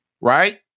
Right